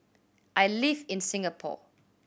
I live in Singapore